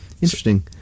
interesting